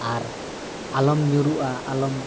ᱟᱨ ᱟᱞᱚᱢ ᱧᱩᱨᱩᱜᱼᱟ ᱟᱞᱚᱢ